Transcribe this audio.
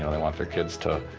and they want their kids to